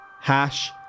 Hash